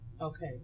okay